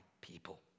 people